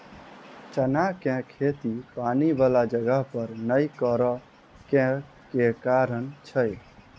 चना केँ खेती पानि वला जगह पर नै करऽ केँ के कारण छै?